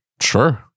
sure